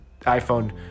iphone